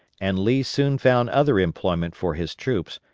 and lee soon found other employment for his troops,